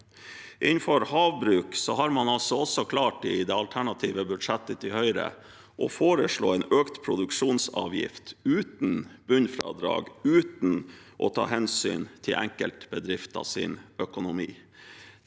Innenfor havbruk har man i det alternative budsjettet til Høyre også klart å foreslå en økt produksjonsavgift, uten bunnfradrag, uten å ta hensyn til enkeltbedrifters økonomi.